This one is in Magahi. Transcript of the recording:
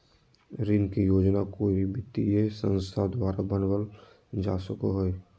ऋण के योजना कोय भी वित्तीय संस्था द्वारा बनावल जा सको हय